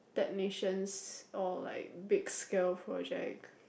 technicians or like big skill project